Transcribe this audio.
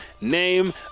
Name